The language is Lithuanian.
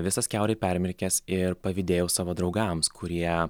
visas kiaurai permirkęs ir pavydėjau savo draugams kurie